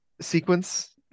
sequence